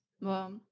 Wow